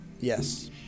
Yes